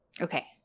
Okay